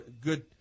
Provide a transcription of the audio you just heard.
good